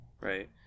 right